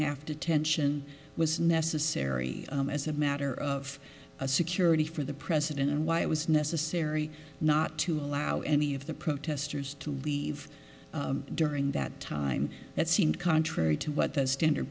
half detention was necessary as a matter of security for the president and why it was necessary not to allow any of the protesters to leave during that time that seemed contrary to what the standard